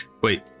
Wait